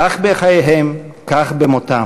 כך בחייהם, כך במותם.